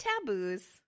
taboos